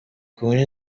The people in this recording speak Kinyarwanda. kunywa